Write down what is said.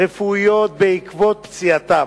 רפואיות בעקבות פציעתם,